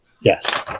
Yes